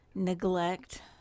neglect